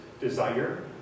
desire